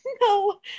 no